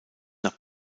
nach